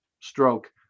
stroke